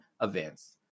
events